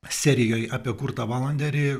serijoj apie kurtą valanderį